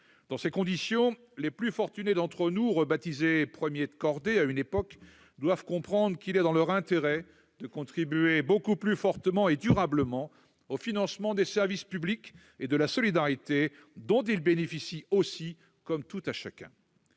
Dans ces conditions, les plus fortunés d'entre nous, rebaptisés à une époque « premiers de cordée », doivent comprendre qu'il est dans leur intérêt de contribuer beaucoup plus fortement et durablement au financement des services publics et de la solidarité, dont ils bénéficient aussi, comme tout un chacun.